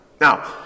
Now